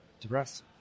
depressed